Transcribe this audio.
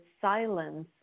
silence